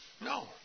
No